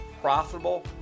profitable